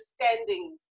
understanding